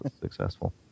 successful